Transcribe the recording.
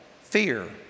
fear